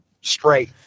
straight